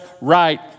right